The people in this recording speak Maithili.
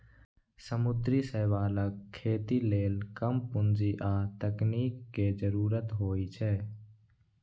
समुद्री शैवालक खेती लेल कम पूंजी आ तकनीक के जरूरत होइ छै